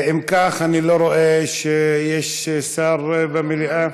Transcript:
אם כך, אני לא רואה שיש שר במליאה.